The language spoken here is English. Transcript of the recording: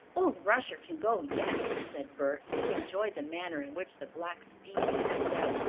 old rusher can go yet, said bert, who enjoyed the manner in which the black steed stepped out.